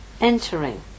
entering